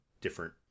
different